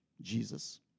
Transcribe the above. Jesus